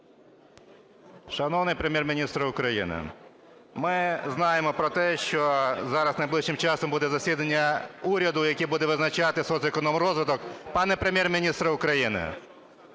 Шановний Прем'єр-міністре України! Ми знаємо про те, що зараз, найближчим часом буде засідання уряду, яке буде визначати соцекономрозвиток. Пане Прем'єр-міністре України!